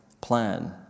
plan